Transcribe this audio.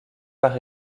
par